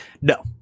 No